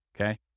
okay